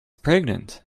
pregnant